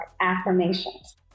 Affirmations